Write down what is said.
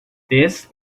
this